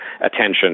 attention